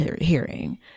hearing